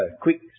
quick